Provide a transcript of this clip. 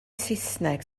saesneg